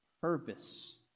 purpose